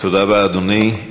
תודה רבה, אדוני.